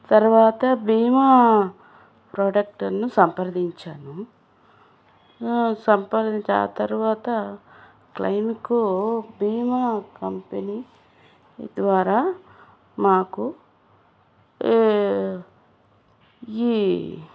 తర్వాత బీమా ప్రొడక్ట్ను సంప్రదించాను సంప్రదించి ఆ తర్వాత క్లెయిమ్కు బీమా కంపెనీ ద్వారా మాకు ఏ ఈ